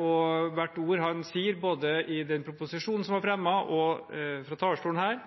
og hvert ord han sier både i proposisjonen som er fremmet, og fra talerstolen her,